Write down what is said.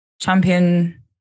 champion